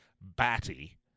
batty